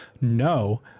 no